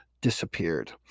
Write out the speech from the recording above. disappeared